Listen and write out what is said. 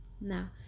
Now